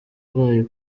bwayo